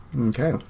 Okay